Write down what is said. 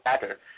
better